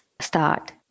start